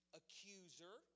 accuser